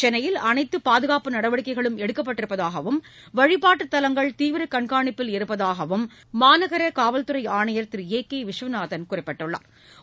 சென்னையில் அனைத்து பாதுகாப்பு நடவடிக்கைகளும் எடுக்கப்பட்டிருப்பதாகவும் வழிப்பாட்டு தலங்கள் தீவிர கண்கானிப்பில் இருப்பதாகவும் மாநகர காவல்துறை ஆணையர் திரு ஏ கே விஸ்வநாதன் குறிப்பிட்டாள்